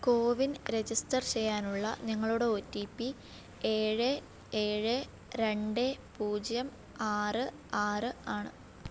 CoWIN register ചെയ്യാനുള്ള നിങ്ങളുടെ O T P ഏഴ് ഏഴ് രണ്ട് പൂജ്യം ആറ് ആറ് ആണ്